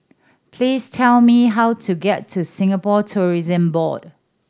please tell me how to get to Singapore Tourism Board